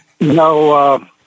no